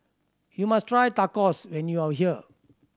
you must try Tacos when you are here